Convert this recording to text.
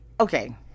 okay